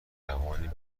جوانی